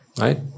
right